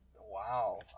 wow